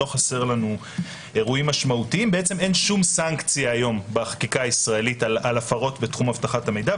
אין שום סנקציה היום בחקיקה הישראלית על הפרות בתחום אבטחת המידע.